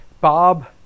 Bob